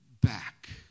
back